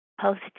post